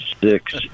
six